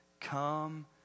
Come